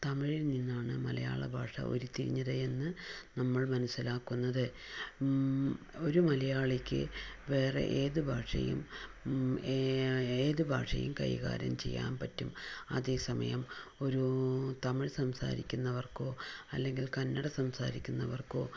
തമിഴില് നിന്നാണ് മലയാള ഭാഷ ഉരുത്തിരിഞ്ഞത് എന്ന് നമ്മള് മനസ്സിലാക്കുന്നത് ഒരു മലയാളിക്ക് വേറെ ഏതു ഭാഷയും ഏ ഏതു ഭാഷയും കൈകാര്യം ചെയ്യാൻ പറ്റും അതേസമയം ഒരു തമിഴ് സംസാരിക്കുന്നവര്ക്കോ അല്ലെങ്കില് കന്നഡ സംസാരിക്കുന്നവര്ക്കോ